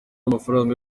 amafaranga